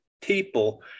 people